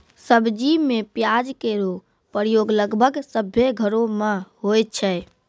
सब्जी में प्याज केरो प्रयोग लगभग सभ्भे घरो म होय छै